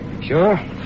Sure